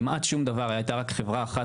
כמעט רק חברה אחת,